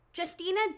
Justina